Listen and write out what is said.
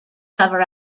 cover